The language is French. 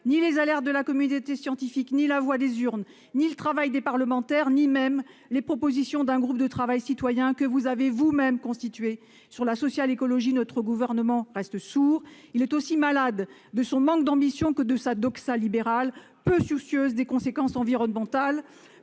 ni les alertes de la communauté scientifique, ni la voix des urnes, ni le travail des parlementaires, ni même les propositions d'un groupe de travail citoyen que vous avez vous-même constitué : sur la social-écologie, votre gouvernement reste sourd ! Il est aussi malade de son manque d'ambition que de sa doxa libérale, peu soucieuse des conséquences environnementales.